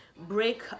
break